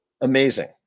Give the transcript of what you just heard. Amazing